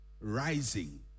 rising